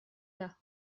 gars